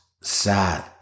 sad